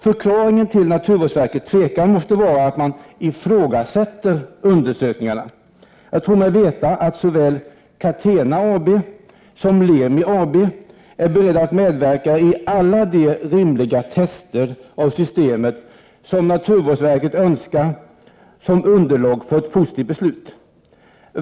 Förklaringen till naturvårdsverkets tvekan måste vara att man ifrågasätter undersökningarna. Jag tror mig veta att såväl Catena AB som Lemi AB är beredda att medverka i alla de rimliga tester av systemet som naturvårdsverket önskar som underlag för ett positivt beslut.